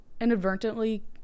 inadvertently